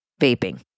vaping